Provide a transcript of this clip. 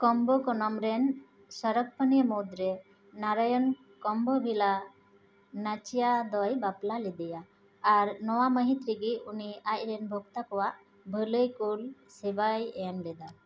ᱠᱳᱢᱵᱳᱠᱳᱱᱚᱢ ᱨᱮᱱ ᱥᱟᱨᱚᱜᱽᱯᱟᱱᱤ ᱢᱩᱫᱽ ᱨᱮ ᱱᱟᱨᱟᱭᱚᱱ ᱠᱚᱢᱵᱚᱵᱷᱤᱞᱟ ᱱᱟᱪᱤᱭᱟ ᱫᱚᱭ ᱵᱟᱯᱞᱟ ᱞᱮᱫᱮᱭᱟ ᱟᱨ ᱱᱚᱣᱟ ᱢᱟᱹᱦᱤᱛ ᱨᱮᱜᱮ ᱩᱱᱤ ᱟᱡᱨᱮᱱ ᱵᱷᱚᱠᱛᱟ ᱠᱚᱣᱟᱜ ᱵᱷᱟᱞᱟᱹᱭᱠᱳᱞ ᱥᱮᱵᱟᱭ ᱮᱢ ᱞᱮᱫᱟ